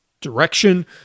direction